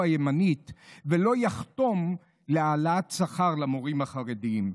הימנית ולא יחתום על העלאת שכר למורים החרדים.